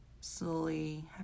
slowly